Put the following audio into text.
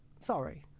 sorry